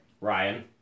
Ryan